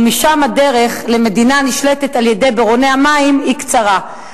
ומשם הדרך למדינה הנשלטת על-ידי ברוני המים היא קצרה.